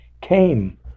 came